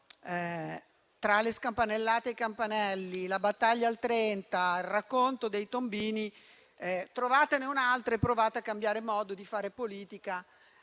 tra le scampanellate e i campanelli, la battaglia al 30, il racconto dei tombini, trovatene un'altra e provate a cambiare modo di fare politica